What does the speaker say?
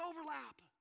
overlap